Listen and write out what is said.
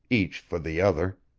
each for the other.